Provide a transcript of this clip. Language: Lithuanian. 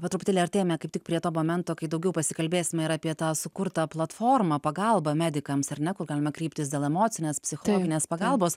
po truputėlį artėjame kaip tik prie to momento kai daugiau pasikalbėsim ir apie tą sukurtą platformą pagalba medikams ar ne kur galima kreiptis dėl emocinės psichologinės pagalbos